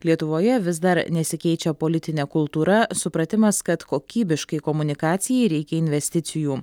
lietuvoje vis dar nesikeičia politinė kultūra supratimas kad kokybiškai komunikacijai reikia investicijų